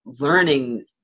learning